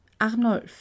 arnulf